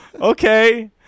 okay